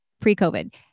pre-COVID